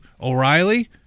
O'Reilly